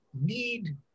need